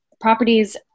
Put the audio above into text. properties